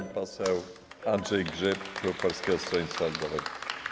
Pan poseł Andrzej Grzyb, klub Polskiego Stronnictwa Ludowego.